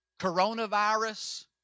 coronavirus